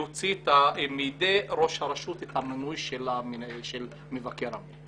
להוציא מידי ראש הרשות את המינוי של מבקר הפנים.